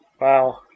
Wow